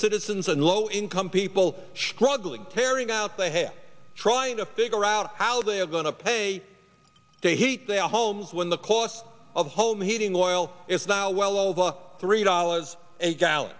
citizens and low income people struggling carrying out their head trying to figure out how they are going to pay to heat their homes when the cost of home heating oil is now well over three dollars a gallon